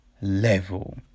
level